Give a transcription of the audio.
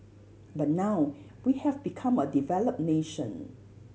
but now we have become a developed nation